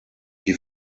die